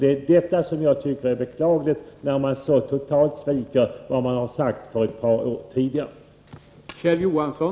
Det är detta jag tycker är beklagligt — att socialdemokraterna så totalt sviker vad man sagt för ett par år sedan.